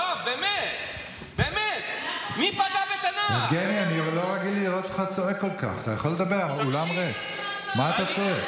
די כבר, אתה שר החינוך, אתה לא באופוזיציה.